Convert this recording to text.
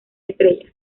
estrella